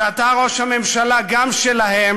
שאתה ראש הממשלה גם שלהם,